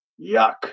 Yuck